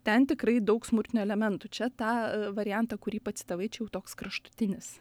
ten tikrai daug smurtinių elementų čia tą variantą kurį pacitavai čia jau toks kraštutinis